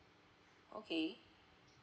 okay